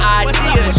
idea